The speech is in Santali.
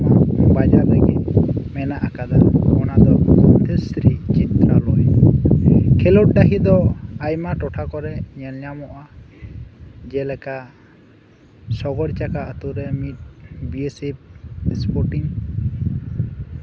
ᱢᱮᱱᱟᱜ ᱟᱠᱟᱫᱟ ᱚᱱᱟ ᱠᱚᱫᱚ ᱦᱩᱭᱩᱜ ᱠᱟᱱᱟ ᱠᱷᱮᱸᱞᱳᱰ ᱰᱟᱹᱦᱤ ᱫᱚ ᱟᱭᱢᱟ ᱴᱚᱴᱷᱟ ᱠᱚᱨᱮ ᱧᱮᱞ ᱧᱟᱢᱚᱜᱼᱟ ᱡᱮᱞᱮᱠᱟ ᱥᱚᱵᱚᱨᱡᱟᱠᱟ ᱟ ᱛᱩ ᱨᱮ ᱢᱤᱫ ᱵᱤ ᱮ ᱥᱮᱯᱷ ᱥᱯᱚᱴᱤᱝ